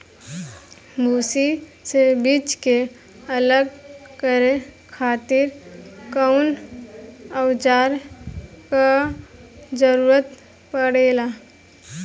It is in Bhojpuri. भूसी से बीज के अलग करे खातिर कउना औजार क जरूरत पड़ेला?